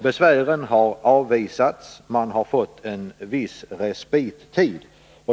Besvären har avvisats, och man har fått en viss respittid.